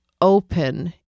open